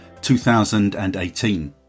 2018